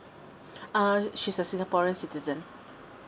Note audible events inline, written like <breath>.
<breath> uh she's a singaporean citizen